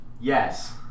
Yes